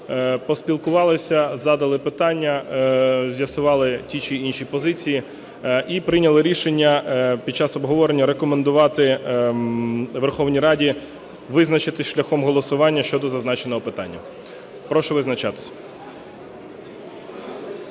Поспілкувалися, задали питання, з'ясували ті чи інші позиції і прийняли рішення під час обговорення: рекомендувати Верховній Раді визначитися шляхом голосування щодо зазначеного питання. Прошу визначатися.